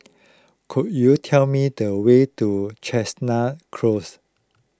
could you tell me the way to Chestnut Close